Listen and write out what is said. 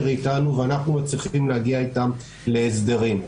איתנו ואנחנו מצליחים להגיע איתם להסדרים.